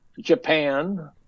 Japan